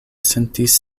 sentis